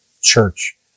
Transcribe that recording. church